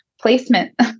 placement